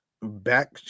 back